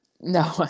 No